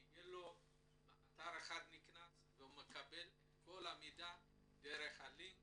שהוא יוכל להכנס דרך אתר אחד ולקבל את כל המידע דרך הלינק